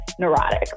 neurotic